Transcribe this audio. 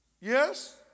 Yes